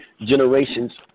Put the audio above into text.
generations